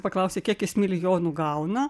paklausė kiek jis milijonų gauna